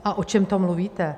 A o čem to mluvíte?